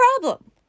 problem